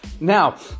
Now